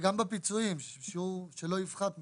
וגם בפיצויים, שיעור שלא יפחת מ-6.5%.